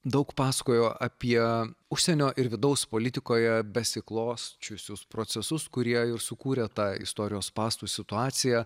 daug pasakojo apie užsienio ir vidaus politikoje besiklosčiusius procesus kurie ir sukūrė tą istorijos spąstų situaciją